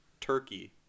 turkey